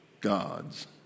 God's